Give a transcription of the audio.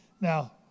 Now